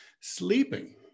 sleeping